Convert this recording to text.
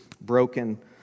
broken